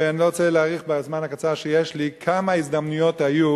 אני לא רוצה להאריך בזמן הקצר שיש לי כמה הזדמנויות היו